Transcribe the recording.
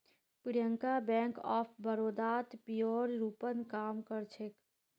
Priyanka bank of बड़ौदात पीओर रूपत काम कर छेक